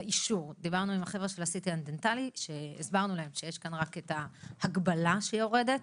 הסברנו לאנשי ה-CT הדנטלי שיש כאן רק הגבלה שיורדת